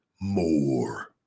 more